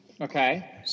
Okay